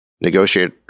negotiate